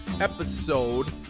episode